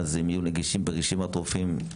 ואז הם יהיו נגישים ברשימת רופאים?